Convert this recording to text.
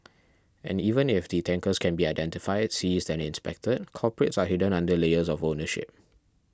and even if the tankers can be identified seized and inspected culprits are hidden under layers of ownership